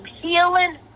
healing